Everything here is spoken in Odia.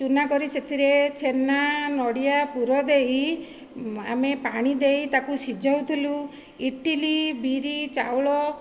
ଚୁନା କରି ସେଥିରେ ଛେନା ନଡ଼ିଆ ପୂର ଦେଇ ଆମେ ପାଣି ଦେଇ ତାକୁ ସିଝାଉଥିଲୁ ଇଟିଲି ବିରି ଚାଉଳ